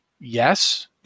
yes